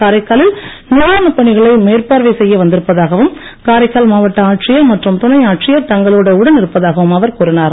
காரைக்காலில் நிவாரணப்பணிகளை மேற்பார்வை செய்ய வந்திருப்பதாகவும் காரைக்கால் மாவட்ட ஆட்சியர் மற்றும் துணை ஆட்சியர் தங்களோடு உடன் இருப்பதாகவும் அவர் கூறினார்